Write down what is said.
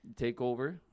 takeover